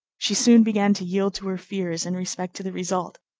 she soon began to yield to her fears in respect to the result,